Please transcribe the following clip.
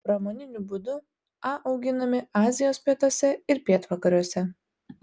pramoniniu būdu a auginami azijos pietuose ir pietvakariuose